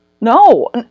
No